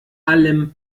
allem